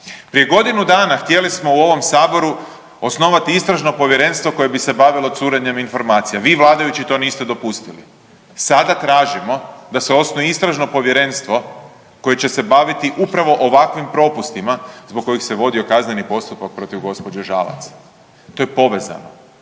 Prije godinu dana htjeli smo u ovom Saboru osnovati istražno povjerenstvo koje bi se bavilo curenjem informacija, vi vladajući to niste dopustili. Sada tražimo da se osnuje istražno povjerenstvo koje će se baviti upravo ovakvim propustima zbog kojih se vodio kazneni postupak protiv gospođe Žalac, to je povezano,